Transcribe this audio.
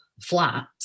flat